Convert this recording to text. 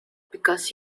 because